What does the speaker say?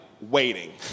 waiting